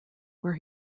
where